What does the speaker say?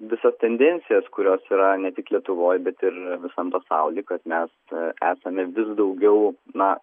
visas tendencijas kurios yra ne tik lietuvoj bet ir visam pasaulį kad mes esame vis daugiau na